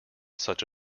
such